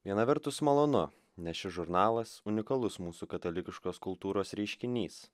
viena vertus malonu nes šis žurnalas unikalus mūsų katalikiškos kultūros reiškinys